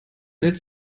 lädt